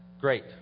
great